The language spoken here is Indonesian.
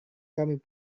kami